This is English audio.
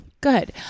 Good